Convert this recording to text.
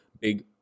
big